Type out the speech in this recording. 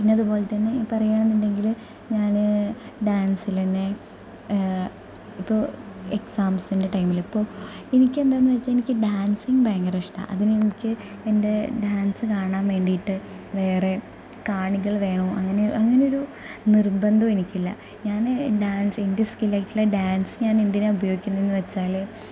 പിന്നെ അതുപോലെതന്നെ പറയുകയാണെന്നുണ്ടെങ്കിൽ ഞാൻ ഡാൻസിലെന്നെ ഇപ്പോൾ എക്സാംസിന്റെ ടൈമിലിപ്പോൾ എനിക്കെന്താണെന്നു വെച്ചാൽ എനിക്ക് ഡാൻസിങ് ഭയങ്കരിഷ്ടാ അതിനെനിക്ക് എൻ്റെ ഡാൻസ് കാണാൻ വേണ്ടിയിട്ട് വേറെ കാണികൾ വേണോ അങ്ങനെയുള്ള അങ്ങനെ ഒരു നിർബന്ധവും എനിക്കില്ല ഞാൻ ഡാൻസ് എൻ്റെ സ്കില്ലായിട്ടുള്ള ഡാൻസ് ഞാൻ എന്തിനാ ഉപയോഗിക്കുന്നതെന്നുവെച്ചാൽ